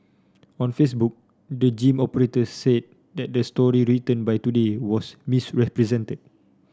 on Facebook the gym operator said that the story written by Today was misrepresented